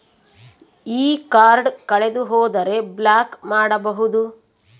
ಈ ಕಾರ್ಡ್ ಕಳೆದು ಹೋದರೆ ಬ್ಲಾಕ್ ಮಾಡಬಹುದು?